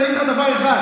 אני אגיד לך דבר אחד.